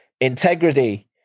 Integrity